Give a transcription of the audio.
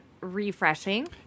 refreshing